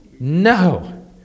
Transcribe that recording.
No